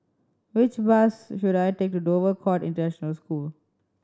which bus should I take to Dover Court International School